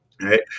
Right